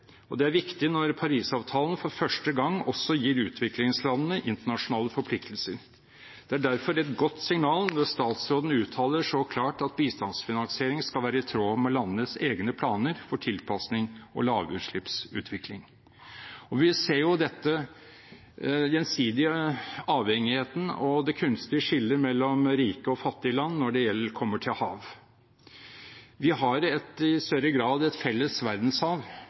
og det er viktig når Parisavtalen for første gang også gir utviklingslandene internasjonale forpliktelser. Det er derfor et godt signal når statsråden uttaler så klart at bistandsfinansiering skal være i tråd med landenes egne planer for tilpasning og lavutslippsutvikling. Vi ser denne gjensidige avhengigheten og det kunstige skillet mellom rike og fattige land når det kommer til hav. Vi har i større grad et felles verdenshav